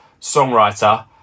songwriter